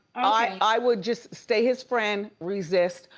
i would just stay his friend, resist,